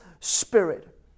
Spirit